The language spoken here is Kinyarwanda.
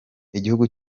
igihugu